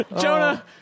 Jonah